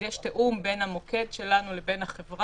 יש תיאום בין המוקד שלנו לבין החברה,